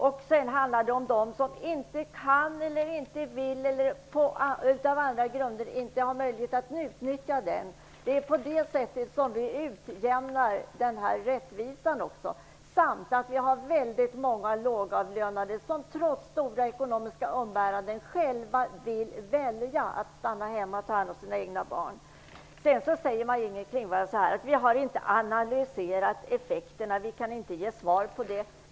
Det finns också familjer som inte kan eller inte vill eller av något skäl inte har möjlighet att utnyttja kommunal barnomsorg. Här kan vi utjämna så att det blir rättvist. Det finns också väldigt många lågavlönade föräldrar som trots stora ekonomiska umbäranden själva vill välja att stanna hemma och ta hand om sina egna barn. Maj-Inger Klingvall säger att vi inte har analyserat effekterna och inte kan ge något svar.